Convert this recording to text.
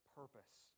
purpose